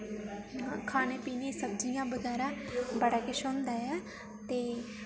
खाने पीने सब्जियां बगैरा बड़ा किश होंदा ऐ ते